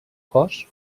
cos